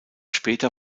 später